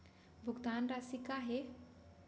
भुगतान राशि का हे?